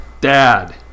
Dad